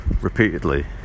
repeatedly